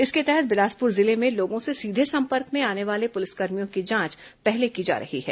इसके तहत बिलासपुर जिले में लोगों से सीधे संपर्क में आने वाले पुलिसकर्मियों की जांच पहले की जा रही है